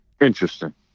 Interesting